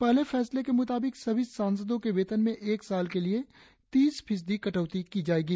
पहले फैसले के म्ताबिक सभी सांसदों के वेतन में एक साल के लिए तीस फीसदी कटौती की जायेगी